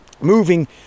Moving